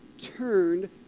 turned